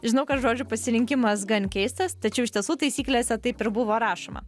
žinau kad žodžių pasirinkimas gan keistas tačiau iš tiesų taisyklėse taip ir buvo rašoma